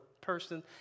person